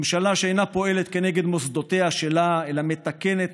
ממשלה שאינה פועלת כנגד מוסדותיה שלה אלא מתקנת,